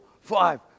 five